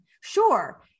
Sure